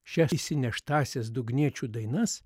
šias išsineštąsias dugniečių dainas